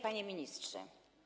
Panie Ministrze!